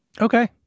Okay